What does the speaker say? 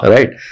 Right